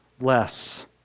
less